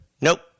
Nope